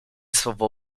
słowo